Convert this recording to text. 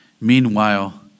Meanwhile